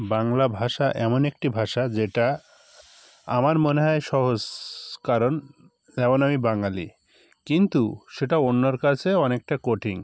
বাংলা ভাষা এমন একটি ভাষা যেটা আমার মনে হয় সহজ কারণ কারণ আমি বাঙালি কিন্তু সেটা অন্যের কাছে অনেকটা কঠিন